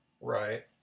Right